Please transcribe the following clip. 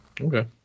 Okay